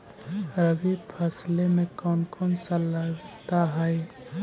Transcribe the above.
रबी फैसले मे कोन कोन सा लगता हाइय?